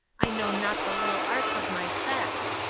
i know not the little arts of my sex.